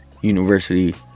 University